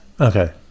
Okay